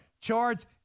Charts